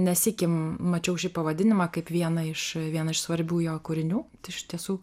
ne sykį mačiau šį pavadinimą kaip vieną iš vieną iš svarbių jo kūrinių iš tiesų